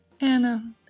Anna